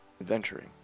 adventuring